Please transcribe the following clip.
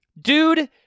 dude